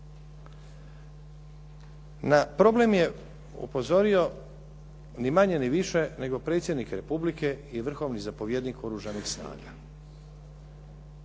Na problem je upozorio ni manje ni više nego predsjednik Republike i vrhovni zapovjednik oružanih snaga.